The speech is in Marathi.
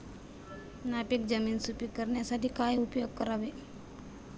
नापीक जमीन सुपीक करण्यासाठी काय उपयोग करावे?